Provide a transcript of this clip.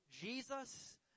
Jesus